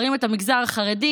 מראים את המגזר החרדי.